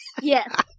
Yes